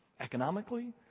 economically